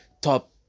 top